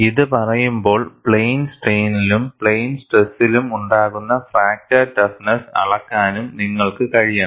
ഇത് പറയുമ്പോൾ പ്ലെയിൻ സ്ട്രെയിനിലും പ്ലെയിൻ സ്ട്രെസ്സിലും ഉണ്ടാകുന്ന ഫ്രാക്ചർ ടഫ്നെസ്സ് അളക്കാനും നിങ്ങൾക്ക് കഴിയണം